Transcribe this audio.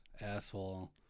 asshole